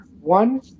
One